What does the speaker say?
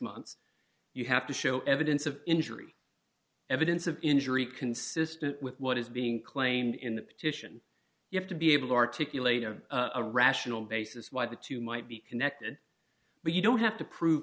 months you have to show evidence of injury evidence of injury consistent with what is being claimed in the petition you have to be able to articulate of a rational basis why the two might be connected but you don't have to prove